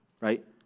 right